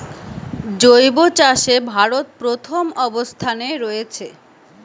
জৈব চাষে ভারত প্রথম অবস্থানে রয়েছে